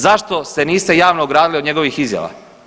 Zašto se niste javno ogradili od njegovih izjava?